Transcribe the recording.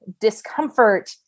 discomfort